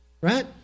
Right